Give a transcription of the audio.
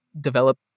develop